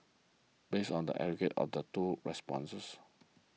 based on the aggregate of the do responses